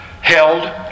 held